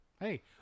Hey